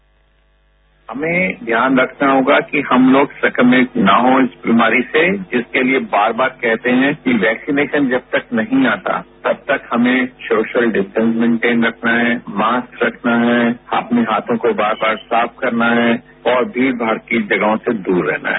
sound bite हमें ध्यान रखना होगा कि हम लोग संक्रमित न हो इस बीमारी से जिसके लिए बार बार कहते हैं कि वैक्सीनेशन जब तक नहीं आता तब तक हमें सोशल डिस्टॅस मेंटेन रखना है मास्क रखना है अपने हाथों को बार बार साफ करना है और भीड़ भाड़ जगहों से दूर रहना है